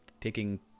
taking